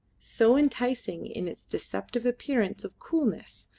so enticing in its deceptive appearance of coolness,